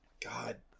God